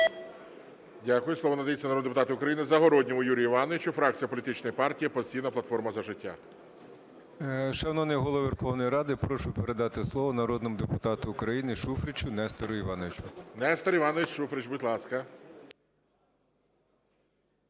Дякую. Слово надається народному депутату України Загородньому Юрію Івановичу, фракція політичної партії "Опозиційна платформа – За життя". 13:44:24 ЗАГОРОДНІЙ Ю.І. Шановний Голово Верховної Ради, прошу передати слово народному депутату України Шуфричу Нестору Івановичу. ГОЛОВУЮЧИЙ. Нестор Іванович Шуфрич, будь ласка.